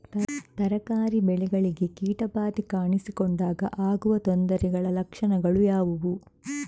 ತರಕಾರಿ ಬೆಳೆಗಳಿಗೆ ಕೀಟ ಬಾಧೆ ಕಾಣಿಸಿಕೊಂಡಾಗ ಆಗುವ ತೊಂದರೆಗಳ ಲಕ್ಷಣಗಳು ಯಾವುವು?